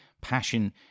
passion